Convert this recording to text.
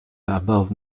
above